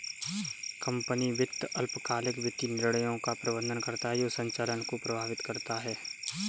company वित्त अल्पकालिक वित्तीय निर्णयों का प्रबंधन करता है जो संचालन को प्रभावित करता है